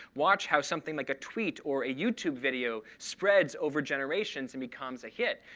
watch how something like a tweet or a youtube video spreads over generations and becomes a hit.